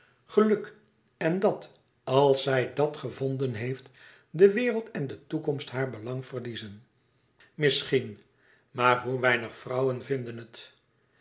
geluk en dat als zij dàt gevonden heeft de wereld en de toekomst haar belang verliezen misschien maar hoe weinig vrouwen vinden het